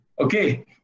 Okay